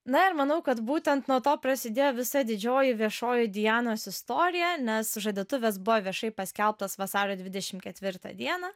na ir manau kad būtent nuo to prasidėjo visa didžioji viešoji dianos istorija nes sužadėtuvės buvo viešai paskelbtos vasario dvidešim ketvirtą dieną